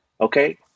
Okay